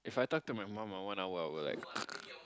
if I talk to my mom for one hour I will like